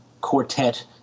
quartet